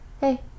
Hey